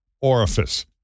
orifice